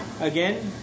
again